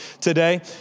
today